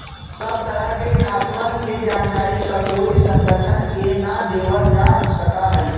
सब तरह के खातवन के जानकारी ककोई संगठन के ना देवल जा सका हई